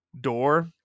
door